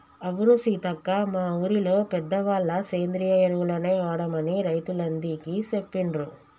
అవును సీతక్క మా ఊరిలో పెద్దవాళ్ళ సేంద్రియ ఎరువులనే వాడమని రైతులందికీ సెప్పిండ్రు